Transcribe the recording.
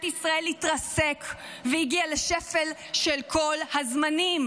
ישראל התרסק והגיע לשפל של כל הזמנים.